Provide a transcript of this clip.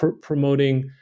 promoting